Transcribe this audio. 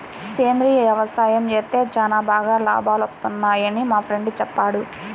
సేంద్రియ యవసాయం చేత్తే చానా బాగా లాభాలొత్తన్నయ్యని మా ఫ్రెండు చెప్పాడు